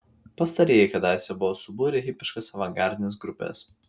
pastarieji kadaise buvo subūrę hipiškas avangardines grupes